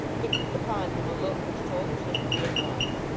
fixed upon him a look which told his history at once.